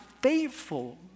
faithful